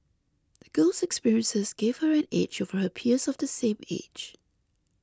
the girl's experiences gave her an edge over her peers of the same age